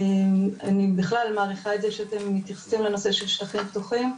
אני בכלל מעריכה את זה שאתם מתייחסים לנושא של שטחים פתוחים,